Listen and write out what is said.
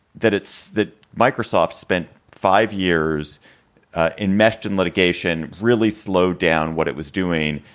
that it's that microsoft spent five years enmeshed in litigation, really slowed down what it was doing,